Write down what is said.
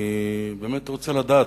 אני באמת רוצה לדעת,